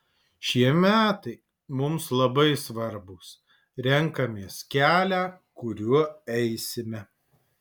šie metai mums labai svarbūs renkamės kelią kuriuo eisime